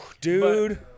Dude